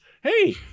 Hey